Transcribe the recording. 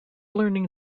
learning